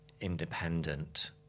independent